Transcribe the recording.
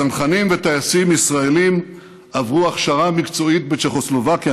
צנחנים וטייסים ישראלים עברו הכשרה מקצועית בצ'כוסלובקיה.